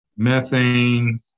methane